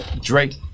Drake